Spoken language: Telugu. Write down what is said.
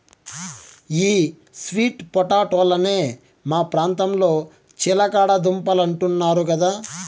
ఈ స్వీట్ పొటాటోలనే మా ప్రాంతంలో చిలకడ దుంపలంటున్నారు కదా